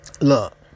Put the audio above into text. look